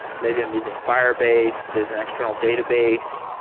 maybe i'm using firebase as an external database.